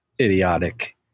idiotic